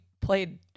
played